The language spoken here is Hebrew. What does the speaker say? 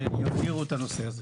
שיבהירו את הנושא הזה.